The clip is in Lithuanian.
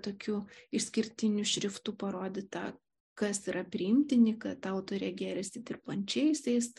tokiu išskirtiniu šriftu parodyta kas yra priimtini kad autorė gėrisi dirbančiaisiais